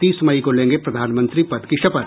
तीस मई को लेंगें प्रधानमंत्री पद की शपथ